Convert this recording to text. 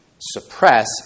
suppress